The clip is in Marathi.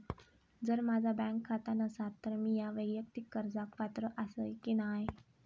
जर माझा बँक खाता नसात तर मीया वैयक्तिक कर्जाक पात्र आसय की नाय?